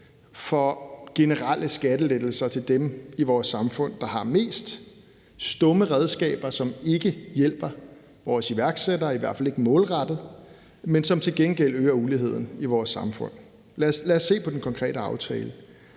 for generelle skattelettelser til dem i vores samfund, der har mest. Det bliver brugt som etstumt redskab, som ikke hjælper vores iværksættere, i hvert fald ikke målrettet, men som til gengæld øger uligheden i vores samfund. Lad os se på den konkrete aftale.